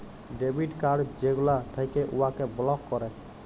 debit card যেগলা থ্যাকে উয়াকে বলক ক্যরে